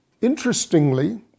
Interestingly